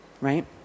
Right